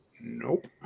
nope